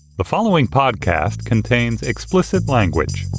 the following podcast contains explicit language